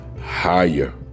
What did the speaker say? higher